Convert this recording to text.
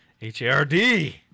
H-A-R-D